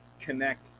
connect